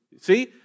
see